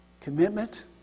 commitment